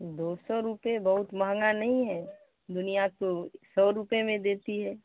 دو سو روپے بہت مہنگا نہیں ہے دنیا تو سو روپے میں دیتی ہے